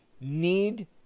need